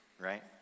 right